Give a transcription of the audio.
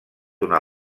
una